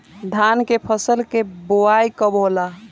धान के फ़सल के बोआई कब होला?